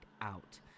out